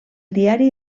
diari